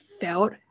felt